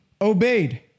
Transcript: obeyed